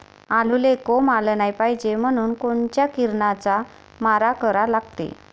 आलूले कोंब आलं नाई पायजे म्हनून कोनच्या किरनाचा मारा करा लागते?